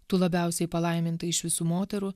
tu labiausiai palaiminta iš visų moterų